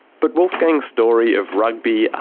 but wolfgang's story of rugby,